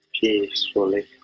peacefully